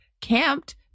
camped